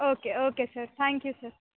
okay okay sir you you sir